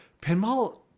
pinball